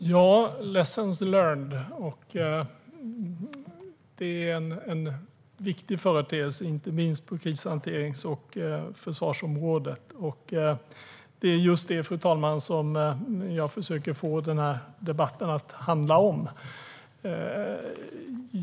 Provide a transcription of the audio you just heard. Fru talman! Lesson is learned. Det är en viktig företeelse, inte minst på krishanterings och försvarsområdet, och det är just det som jag försöker att få den här debatten att handla om.